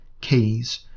keys